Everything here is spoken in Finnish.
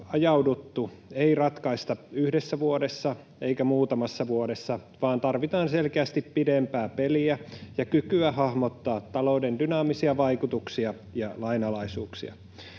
ei ratkaista yhdessä vuodessa, eikä muutamassa vuodessa, vaan tarvitaan selkeästi pidempää peliä ja kykyä hahmottaa talouden dynaamisia vaikutuksia ja lainalaisuuksia.